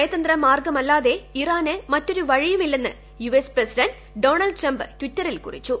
നയതന്ത്രമാർഗ്ഗമല്ലാതെ ഇറാന് മറ്റൊരു ഷ്ട്രീയുമില്ലെന്ന് U S president Donald Trump ട്വിറ്ററ്റിൽ ക്കുറിച്ചു